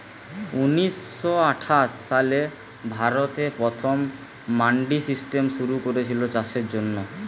ঊনিশ শ আঠাশ সালে ভারতে প্রথম মান্ডি সিস্টেম শুরু কোরেছিল চাষের জন্যে